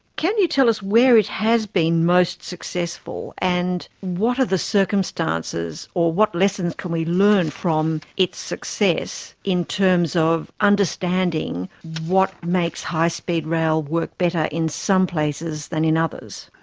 can you tell us where it has been most successful and what are the circumstances or what lessons can we learn from its success in terms of understanding what makes high speed rail work better in some places than in others?